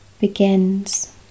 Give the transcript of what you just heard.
begins